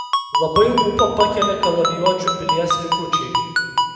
labai ūpą pakelia kalavijuočių pilies likučiai